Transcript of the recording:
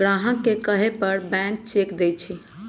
ग्राहक के कहे पर बैंक चेक देई छई